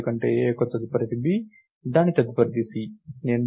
ఎందుకంటే a యొక్క తదుపరిది b దాని తదుపరిది c